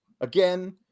again